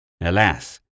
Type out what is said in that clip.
Alas